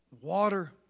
water